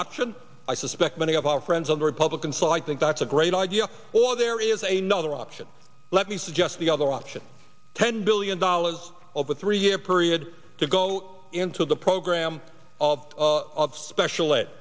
option i suspect many of our friends on the republican so i think that's a great idea or there is a no other option let me suggest the other option ten billion dollars over a three year period to go into the program of special e